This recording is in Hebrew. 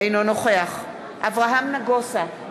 אינו נוכח אברהם נגוסה,